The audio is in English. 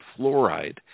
fluoride